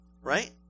Right